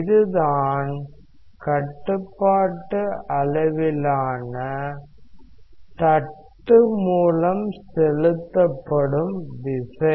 இதுதான் கட்டுப்பாட்டு அளவிலான தட்டு மூலம் செலுத்தப்படும் விசை